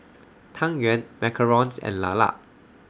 Tang Yuen Macarons and Lala